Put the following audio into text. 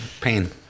pain